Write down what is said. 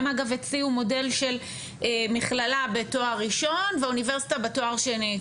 הן אגב הציעו מודל של מכללה בתואר ראשון ואוניברסיטה בתואר השני,